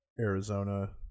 Arizona